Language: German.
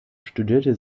studierte